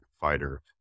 fighter